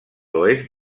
oest